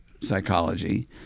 psychology